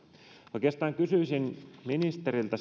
oikeastaan kysyisin ministeriltä